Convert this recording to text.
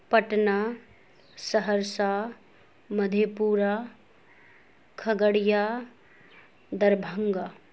Patna Saharsa Madhepura Khagaria Darbhanga